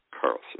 Carlson